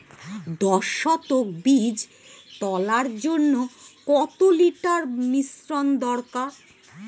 দশ শতক বীজ তলার জন্য কত লিটার মিশ্রন দরকার?